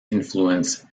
influence